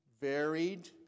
varied